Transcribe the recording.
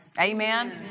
Amen